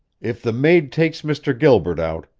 if the maid takes mr. gilbert out,